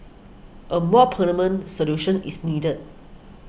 a more permanent solution is needed